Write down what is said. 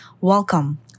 Welcome